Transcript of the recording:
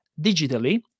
digitally